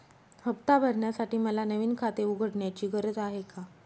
हफ्ता भरण्यासाठी मला नवीन खाते उघडण्याची गरज आहे का?